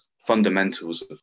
fundamentals